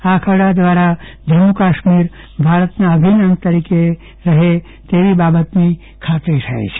આ ખરડા દ્વારા જમ્મુકાશ્મીર ભારતના અભિન્ન અંગ તરીકે રહે તેવી બાબતની ખાતરી થાય છે